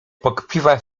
pokpiwa